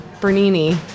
Bernini